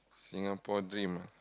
Singapore dream ah